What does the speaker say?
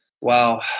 Wow